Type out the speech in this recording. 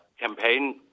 campaign